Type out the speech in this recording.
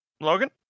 Logan